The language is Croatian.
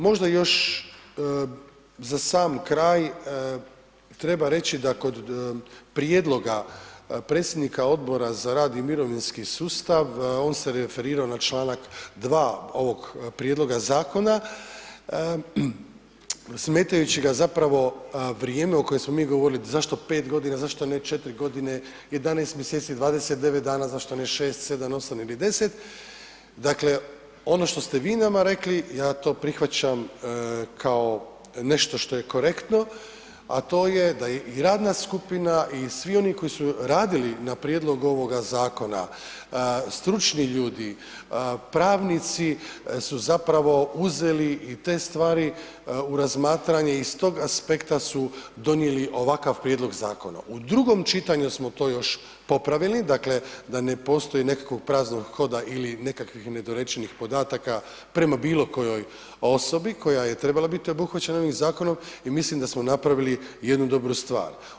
Možda još za sam kraj treba reći da kod prijedloga predsjednika Odbora za rad i mirovinski sustav, on se referirao na čl. 2. ovog prijedloga zakona, smetajući ga zapravo vrijeme o kojem smo mi govorili, zašto 5.g., zašto ne 4.g. 11. mjeseci 29 dana, zašto ne 6, 7, 8 ili 10, dakle ono što ste vi nama rekli ja to prihvaćam kao nešto što je korektno, a to je da je i radna skupina i svi oni koji su radili na prijedlogu ovoga zakona, stručni ljudi, pravnici su zapravo uzeli i te stvari u razmatranje i s tog aspekta su donijeli ovakav prijedlog zakona, u drugom čitanju smo to još popravili, dakle da ne postoji nekakvog praznog hoda ili nekakvih nedorečenih podataka prema bilo kojoj osobi koja je trebala biti obuhvaćena ovim zakonom i mislim da smo napravili jednu dobru stvar.